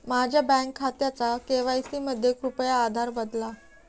माझ्या बँक खात्याचा के.वाय.सी मध्ये कृपया आधार बदला